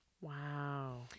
Wow